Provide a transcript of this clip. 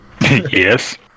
Yes